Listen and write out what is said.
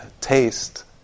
taste